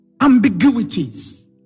ambiguities